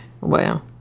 Wow